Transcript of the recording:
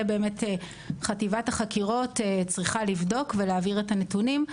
זה באמת חטיבת החקירות צריכה לבדוק ולהעביר את הנתונים.